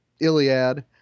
Iliad